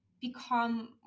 become